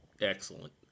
Excellent